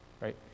right